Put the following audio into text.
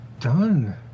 done